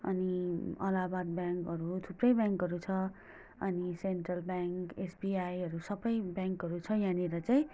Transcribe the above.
अनि अलाहाबाद ब्याङ्कहरू थुप्रै ब्याङ्कहरू छ अनि सेन्ट्रल ब्याङ्क एसबिआईहरू सबै ब्याङ्कहरू छ यहाँनिर चाहिँ